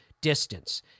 distance